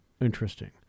Interesting